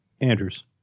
Andrews